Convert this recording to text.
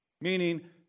Meaning